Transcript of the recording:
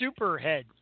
Superhead